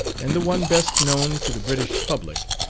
and the one best known to the british public,